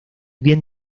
bien